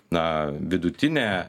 na vidutinę